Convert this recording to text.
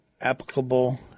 applicable